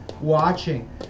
watching